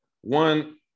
one